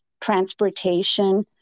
transportation